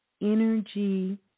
energy